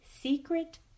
secret